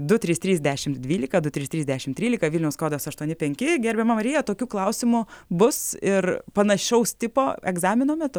du trys trys dešimt dvylika du trys trys dešimt trylika vilniaus kodas aštuoni penki gerbiama marija tokių klausimų bus ir panašaus tipo egzamino metu